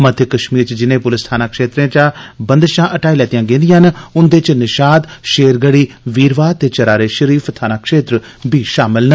अज्ज कश्मीर च जिनें पुलस थाना क्षेत्रें च बंदशा हटाई लैतियां गेदियां न उन्दे च निशात शेरगड़ी वीरवाह ते चरार ए शरीफ थाना क्षेत्र बी शामल न